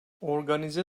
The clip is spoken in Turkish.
organize